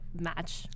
match